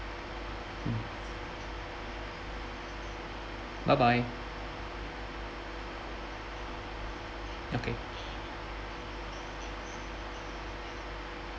mm bye bye okay